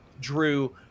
Drew